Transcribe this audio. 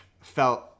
felt